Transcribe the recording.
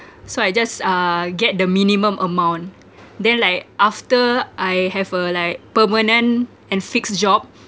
so I just uh get the minimum amount then like after I have uh like permanent and fixed job